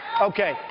okay